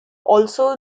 also